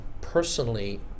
personally